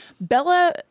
Bella